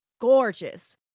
gorgeous